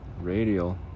Radial